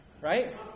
right